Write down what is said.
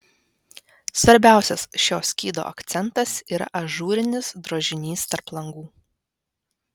svarbiausias šio skydo akcentas yra ažūrinis drožinys tarp langų